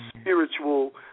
spiritual